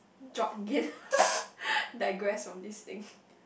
jog again digress from this thing